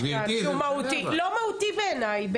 זה לא מהותי בעיניי.